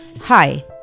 Hi